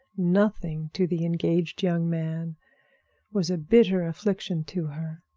nothing to the engaged young man was a bitter affliction to her.